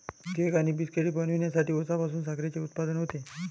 cake आणि बिस्किटे बनवण्यासाठी उसापासून साखरेचे उत्पादन होते